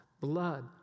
blood